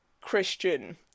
Christian